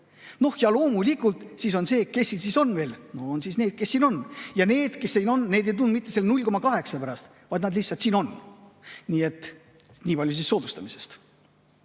tööle. Loomulikult, kes siin siis on veel. No on need, kes siin on, ja need, kes siin on, need ei tulnud mitte selle 0,8 pärast, vaid nad lihtsalt siin on. Nii et niipalju siis soodustamisest.